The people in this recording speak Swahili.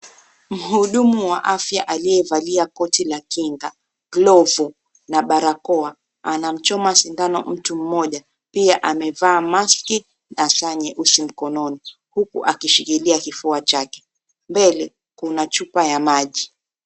Mhudumu wa afya aliyevaa koti la kinga, glovu na barakoa anamchoma sindano mtu mmoja pia amevaa mask na saa nyeusi mkononi huku akishikilia kifua chake mbele kuna chupa ya maji.